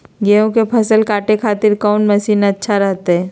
गेहूं के फसल काटे खातिर कौन मसीन अच्छा रहतय?